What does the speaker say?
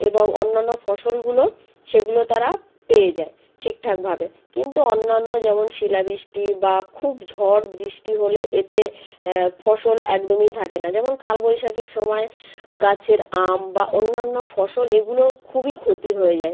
এবং অন্যান্য ফসলগুলো সেগুলো তারা পেয়ে যায় ঠিকঠাকভাবে কিন্তু অন্যান্য যেমন শিলা বৃষ্টি বা খুব ঝড় বৃষ্টি হলে এতে ফসল একদমই থাকে না যেমন কালবৈশাখীর সময় গাছের আম বা অন্যান্য ফসল এগুলো খুবই ক্ষতি হয়ে যায়